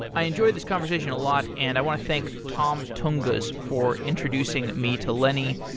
i enjoyed this conversation a lot and i want to thank tom tunguz for introducing me to lenny.